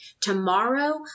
Tomorrow